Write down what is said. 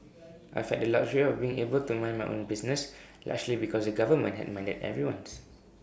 I've had the luxury of being able to mind my own business largely because the government had minded everyone's